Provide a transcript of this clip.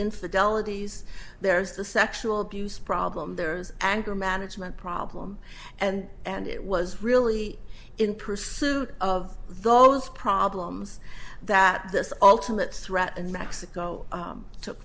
infidelities there's the sexual abuse problem there's anger management problem and and it was really in pursuit of those problems that this ultimate threat in mexico took